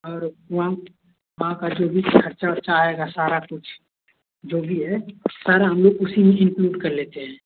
और वाम वहाँ का जो भी खर्चा वर्चा आयेगा सारा कुछ जो भी है सर हम लोग उसी में इन्क्लूड कर लेते हैं